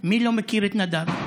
מי לא מכיר את נדב?